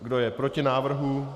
Kdo je proti návrhu?